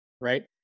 right